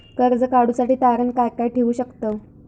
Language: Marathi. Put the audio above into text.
कर्ज काढूसाठी तारण काय काय ठेवू शकतव?